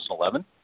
2011